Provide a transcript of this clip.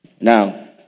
Now